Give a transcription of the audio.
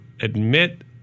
admit